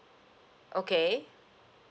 okay